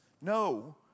No